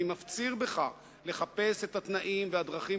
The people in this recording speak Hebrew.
אני מפציר בך לחפש את התנאים והדרכים